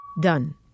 Done